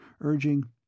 urging